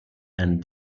and